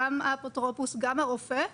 גם האפוטרופוס וגם הרופא.